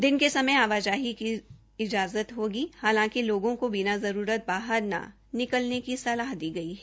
दिन के समय आवाजाही की इजातत होगी हालांकि लोगों को बिना जरूरत बाहर न निकलने की सलाह दी गई है